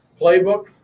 playbook